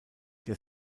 der